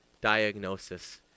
diagnosis